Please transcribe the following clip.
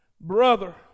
brother